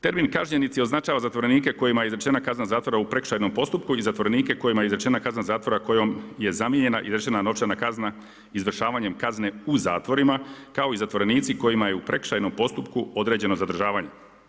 Termin kažnjenici označava zatvorenike kojima je izrečena kazna zatvora u prekršajnom postupku i zatvorenike kojima je izrečena kazna zatvora kojom je zamijenjena i izrečena novčana kazna izvršavanjem kazne u zatvorima kao i zatvorenici kojima je u prekršajnom postupku određeno zadržavanje.